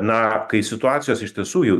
na kai situacijos iš tiesų jau